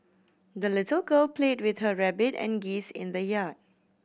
the little girl played with her rabbit and geese in the yard